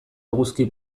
eguzki